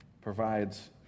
Provides